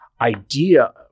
idea